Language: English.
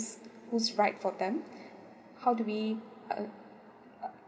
who's right for them how do we ugh